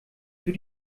für